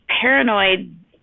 paranoid